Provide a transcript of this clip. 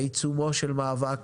בעיצומו של מאבק